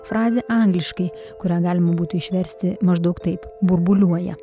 frazė angliškai kurią galima būtų išversti maždaug taip burbuliuoja